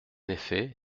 effet